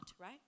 right